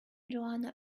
joanne